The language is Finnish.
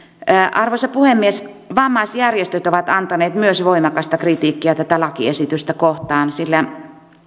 arvoisa puhemies vammaisjärjestöt ovat antaneet myös voimakasta kritiikkiä tätä lakiesitystä kohtaan sillä